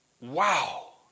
Wow